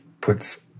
puts